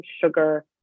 sugar